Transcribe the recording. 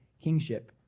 kingship